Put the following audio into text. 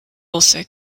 also